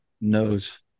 knows